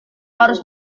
harus